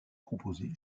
proposée